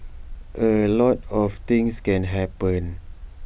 A lot of things can happen